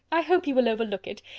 i hope he will overlook it.